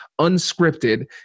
unscripted